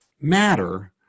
matter